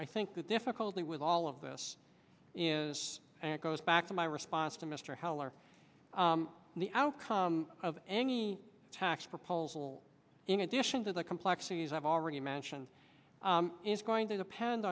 i think the difficulty with all of this is and it goes back to my response to mr heller the outcome of any tax proposal in addition to the complexities i've already mentioned is going to depend